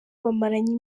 bamaranye